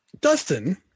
Dustin